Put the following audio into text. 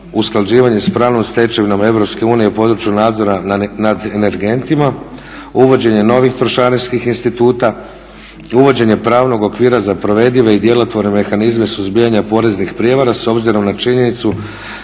usklađivanje sa pravnom stečevinom Europske unije u području nadzora nad energentima, uvođenje novih trošarinskih instituta, uvođenje pravnog okvira za provedive i djelotvorne mehanizme suzbijanja poreznih prijevara s obzirom na činjenicu